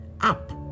Up